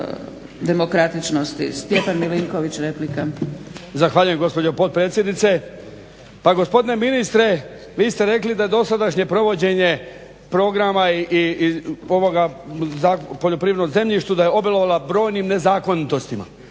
demokratičnosti. Stjepan Milinković, replika. **Milinković, Stjepan (HDZ)** Zahvaljujem gospođo potpredsjednice. Pa gospodine ministre vi ste rekli da dosadašnje provođenje programa i ovoga Zakona o poljoprivrednom zemljištu, da je obilovala brojnim nezakonitostima.